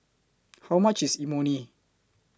How much IS Imoni